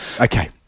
Okay